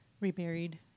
reburied